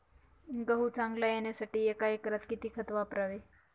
गहू चांगला येण्यासाठी एका एकरात किती खत वापरावे?